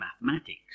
mathematics